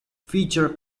feature